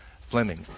Fleming